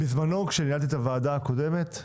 בזמנו, עת ניהלתי את הוועדה הקודמת,